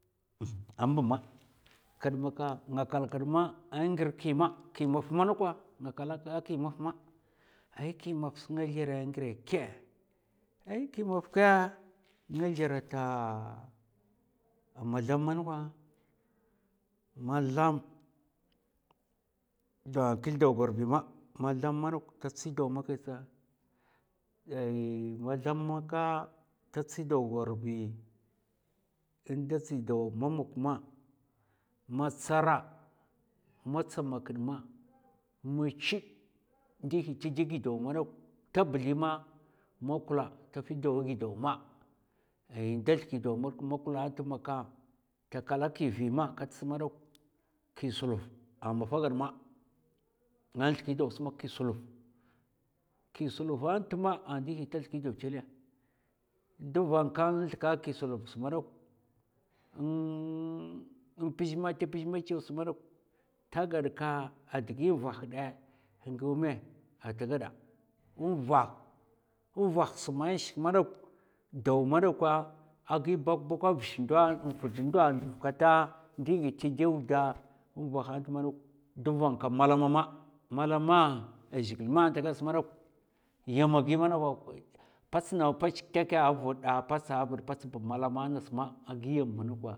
a'mba ma kat maka nga kalkad ma a ngir ki ma, ki maf madakwa, nga kala ki maf ma ai ki mafs nga zlèra ngira kè? Ay ki maf ka nga zlèra ta ma zlam manakwa, ma zlam ndè klz dawa gwarbi ma, ma zlam madok ta tsi daw makai tsa ma zlam maka ta tsi dawa gwarbi, nda tsi dawa ma mok ma, matsara, matsamakid ma, ma tchud ndihi tè dè gidaw madok ta bli ma, ma kulla ta fi dawa gidaw ma, ay ndè zlki daw mak ma kulla nt'maka ta kala ki vi ma kats madok ki sluv a mafa gad ma, nga zlki daw smak ki sluv, ki sluv nt'ma a ndihi ta zlki daw talè, nd vanka zlki ki sluv sdok mpzè mata pzè macha chawas madok, ta gad ka a digi vah dè n'gaw mè ata gada, nva nvah sa man in shik dok, daw madakwa a gi bukbukkwa a vish ndo a fad ndo ndav kata, ndi ghid tè dèw da nvuh nt'madok. d'vanka malama ma, malama a zhigil ma tagad sdok yamma gi manak pats naw pachèk kèkkè, vad'da a patsa vad patsa ba malama ngas ma, a gi yam manakwa.